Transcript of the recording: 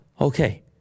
okay